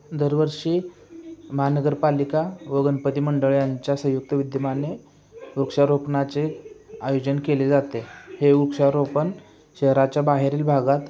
दरवर्षी महानगरपालिका व गणपती मंडळ यांच्या संयुक्त विद्यमाने वृक्षारोपणाचे आयोजन केले जाते हे वृक्षारोपण शहराच्या बाहेरील भागात